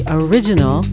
original